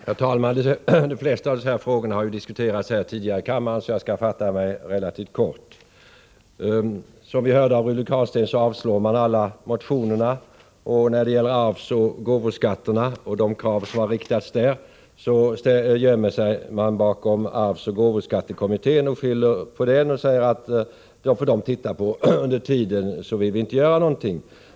Herr talman! De flesta av dessa frågor har diskuterats tidigare i kammaren, så jag skall fatta mig relativt kort. Som vi hörde av Rune Carlstein avstyrker utskottet alla motioner. När det gäller kraven på höjningar av arvsoch gåvoskatten gömmer sig utskottet bakom arvsoch gåvoskattekommittén och skyller på den. Dessa frågor får kommittén se på, och under tiden gör man ingenting.